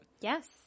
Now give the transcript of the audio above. Yes